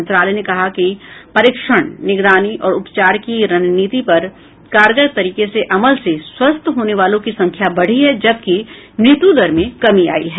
मंत्रालय ने कहा है कि परीक्षण निगरानी और उपचार की रणनीति पर कारगर तरीके से अमल से स्वस्थ होने वालों की संख्या बढी है जबकि मृत्यु दर में कमी आई है